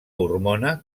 hormona